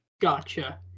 Gotcha